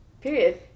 Period